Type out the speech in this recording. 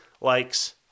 likes